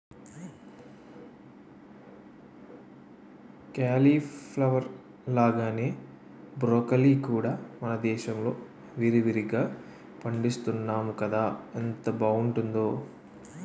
cauliflower లాగానే broccoli కూడా మనదేశంలో విరివిరిగా పండిస్తున్నాము కదా ఎంత బావుంటుందో